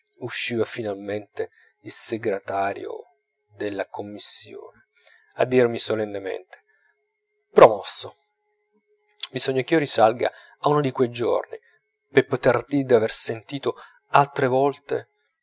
usciva finalmente il segretario della commissione a dirmi solennemente promosso bisogna ch'io risalga a uno di quei giorni per poter dire d'aver sentito altre volte